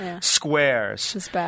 squares